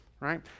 right